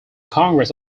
congress